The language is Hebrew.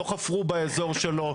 לא חפרו באזור שלו,